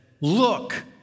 Look